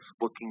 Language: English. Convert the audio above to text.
looking